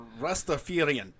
Rastafarian